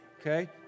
Okay